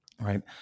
right